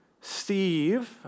Steve